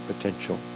potential